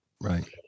Right